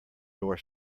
door